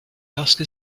lorsque